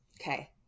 Okay